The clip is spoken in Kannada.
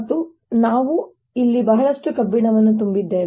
ಮತ್ತು ನಾವು ಇಲ್ಲಿ ಬಹಳಷ್ಟು ಕಬ್ಬಿಣವನ್ನು ತುಂಬಿದ್ದೇವೆ